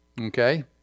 Okay